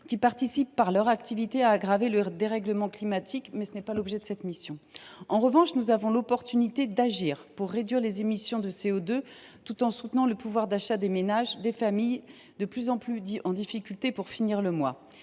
qui participent par leurs activités à aggraver le dérèglement climatique – mais ce n’est pas l’objet de cette mission. En revanche, nous avons l’opportunité d’agir pour réduire les émissions de CO2 tout en soutenant le pouvoir d’achat des ménages et des familles, de plus en plus en difficulté pour finir le mois.